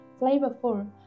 flavorful